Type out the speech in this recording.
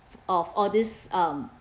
of all this um